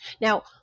Now